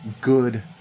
good